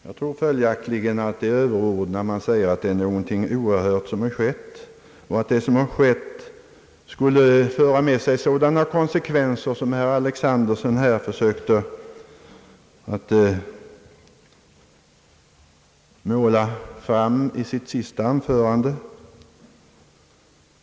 Jag tror följaktligen att det är en överdrift när man säger att det är något oerhört som skett och att det skulle medföra sådana konsekvenser som herr Alexanderson försökt att måla i sitt senaste anförande.